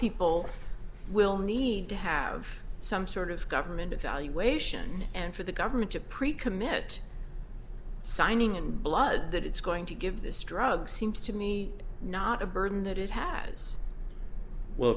people will need to have some sort of government evaluation and for the government to precommit signing and blood that it's going to give this drug seems to me not a burden that it has well